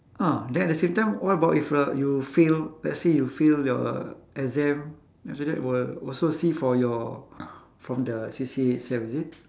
ah then at the same time what about if uh you fail let's say you fail your exam after that will also see for your from the C_C_A itself is it